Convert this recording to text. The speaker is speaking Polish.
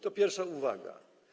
To pierwsza uwaga.